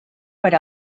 per